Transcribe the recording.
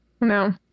No